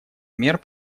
мер